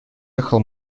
ехал